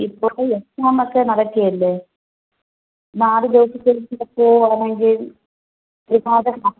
ഇപ്പഴൊക്കെ എക്സാമൊക്കെ നടക്കുകയല്ലേ നാല് ദിവസത്തെ ലീവൊക്കെ തരണമെങ്കിൽ ഇച്ചിരി പാടാണ്